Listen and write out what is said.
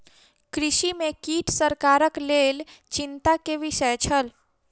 कृषि में कीट सरकारक लेल चिंता के विषय छल